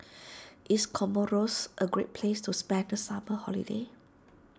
is Comoros a great place to spend the summer holiday